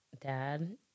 dad